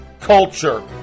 culture